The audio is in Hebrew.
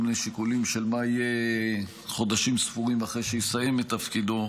מיני שיקולים של מה יהיה חודשים ספורים אחרי שיסיים את תפקידו,